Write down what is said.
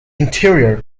interior